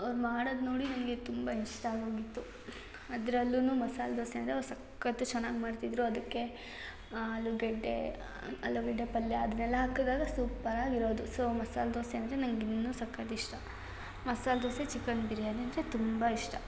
ಅವ್ರು ಮಾಡೋದು ನೋಡಿ ನನಗೆ ತುಂಬ ಇಷ್ಟ ಆಗೋಗಿತ್ತು ಅದ್ರಲ್ಲೂ ಮಸಾಲೆ ದೋಸೆ ಅಂದರೆ ಅವ್ರು ಸಖತ್ತು ಚೆನ್ನಾಗಿ ಮಾಡ್ತಿದ್ದರು ಅದಕ್ಕೆ ಆಲೂಗಡ್ಡೆ ಆಲೂಗಡ್ಡೆ ಪಲ್ಯ ಅದನ್ನೆಲ್ಲ ಹಾಕ್ಕದಾಗ ಸೂಪರಾಗಿ ಇರೋದು ಸೊ ಮಸಾಲೆ ದೋಸೆ ಅಂದರೆ ನಂಗೆ ಇನ್ನೂ ಸಖತ್ತು ಇಷ್ಟ ಮಸಾಲೆ ದೋಸೆ ಚಿಕನ್ ಬಿರ್ಯಾನಿ ಅಂದರೆ ತುಂಬ ಇಷ್ಟ